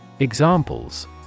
Examples